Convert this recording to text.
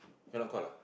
cannot caught lah